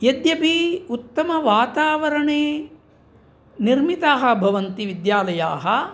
यद्यपि उत्तमवातावरणे निर्मिताः भवन्ति विद्यालयाः